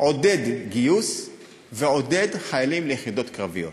עודד גיוס ועודד חיילים ליחידות קרביות.